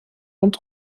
und